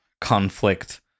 conflict